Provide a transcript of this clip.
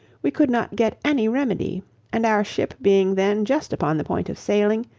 we could not get any remedy and our ship being then just upon the point of sailing,